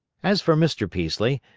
as for mr. peaslee,